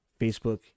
Facebook